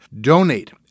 Donate